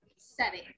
setting